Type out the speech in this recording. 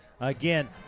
again